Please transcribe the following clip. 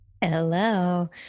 Hello